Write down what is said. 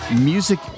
music